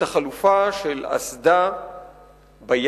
את החלופה של אסדה בים,